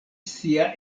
sia